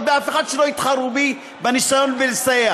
באף אחד ושלא יתחרו בי בניסיון לסייע.